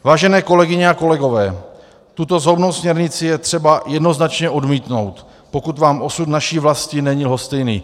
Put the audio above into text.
Vážené kolegyně a kolegové, tuto zhoubnou směrnici je třeba jednoznačně odmítnout, pokud vám osud naší vlasti není lhostejný.